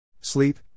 Sleep